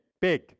big